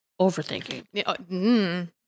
Overthinking